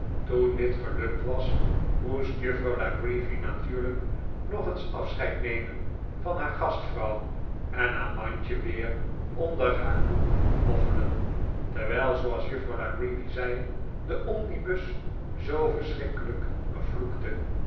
toen dit gelukt was moest juffrouw la creevy natuurlijk nog eens afscheid nemen van haar gastvrouw en haar mandje weer onder haar doek moffelen terwijl zooals juffrouw la creevy zei de omnibus zoo verschrikkelijk vloekte